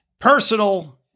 personal